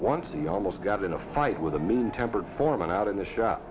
once and almost got in a fight with a mean tempered foreman out in the shop